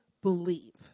believe